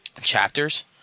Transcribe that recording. chapters